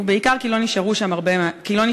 ובעיקר כי לא נשאר שם הרבה מהשטח.